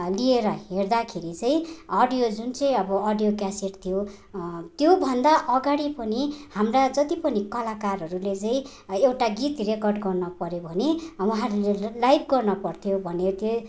लिएर हेर्दाखेरि चाहिँ अडियो जुन चाहिँ अब अडियो क्यासेट थियो त्यो भन्दा अगाडि पनि हाम्रा जति पनि कलाकारहरूले चाहिँ एउटा गीत रेकर्ड गर्न पर्यो भने उहाँहरूले लाइभ गर्न पर्थ्यो भन्थे